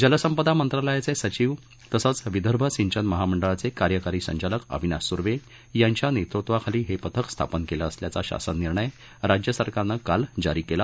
जलसंपदा मंत्रालयाचे सचीव तसंच विदर्भ सिंचन महामंडळाचे कार्यकारी संचालक अविनाश सुर्वे यांच्या नेतृत्वाखाली हे पथक स्थापन केलं असल्याचा शासन निर्णय राज्यसरकारनं काल जारी केला